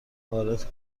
وارد